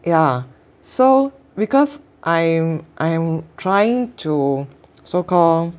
yeah so because I'm I'm trying to so call